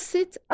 Sit